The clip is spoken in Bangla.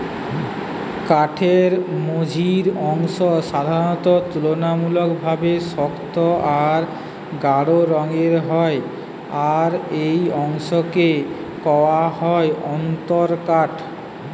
কাঠের মঝির অংশ সাধারণত তুলনামূলকভাবে শক্ত আর গাঢ় রঙের হয় আর এই অংশকে কওয়া হয় অন্তরকাঠ